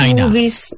movies